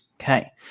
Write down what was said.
Okay